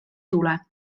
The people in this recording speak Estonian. tule